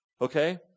Okay